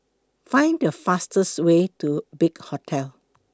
Find The fastest Way to Big Hotel